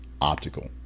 Optical